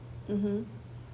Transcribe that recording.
mmhmm